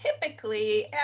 typically